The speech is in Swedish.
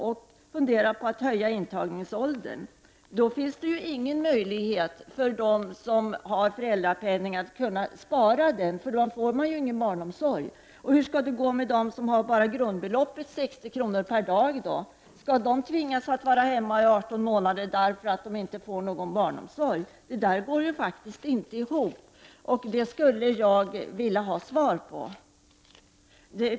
Man funderar här på att höja intagningsåldern. Då finns det ju ingen möjlighet för den som har föräldrapenning att spara den — då får man ju ingen barnomsorg. Och hur skall det gå för dem som har bara grundbeloppet — 60 kr. per dag? Skall de tvingas att vara hemma i arton månader därför att de inte får någon barnomsorg? Det går inte ihop. Det skulle jag vilja ha svar på.